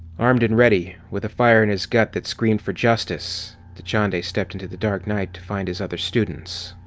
armed and ready, with a fire in his gut that screamed for justice, dachande stepped into the dark night to find his other students.